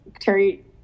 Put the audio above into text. Terry